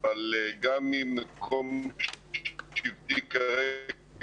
אבל גם ממקום שבטי כרגע